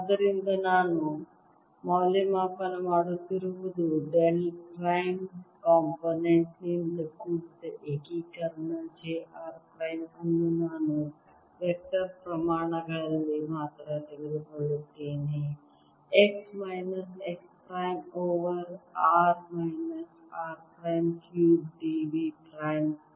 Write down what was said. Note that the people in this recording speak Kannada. ಆದ್ದರಿಂದ ನಾನು ಮೌಲ್ಯಮಾಪನ ಮಾಡುತ್ತಿರುವುದು ಡೆಲ್ ಪ್ರೈಮ್ ಕಾಂಪೊನೆಂಟ್ ನಿಂದ ಕೂಡಿದ ಏಕೀಕರಣ j r ಪ್ರೈಮ್ ಅನ್ನು ನಾನು ವೆಕ್ಟರ್ ಪ್ರಮಾಣಗಳಲ್ಲಿ ಮಾತ್ರ ತೆಗೆದುಕೊಳ್ಳುತ್ತೇನೆ x minus x prime over r minus r prime cube d v prime